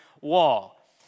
wall